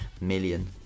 million